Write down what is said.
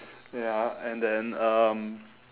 ya and then um